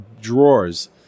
drawers